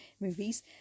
movies